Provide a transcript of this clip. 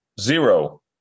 Zero